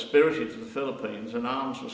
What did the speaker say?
spirits in the philippines announce